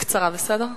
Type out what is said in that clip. בקצרה, בסדר?